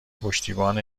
پشتیبان